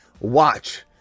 watch